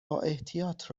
بااحتیاط